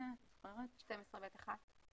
סעיף 12(ב)(1)